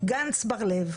גנץ-בר לב.